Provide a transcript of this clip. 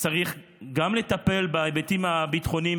צריך גם לטפל בהיבטים הביטחוניים.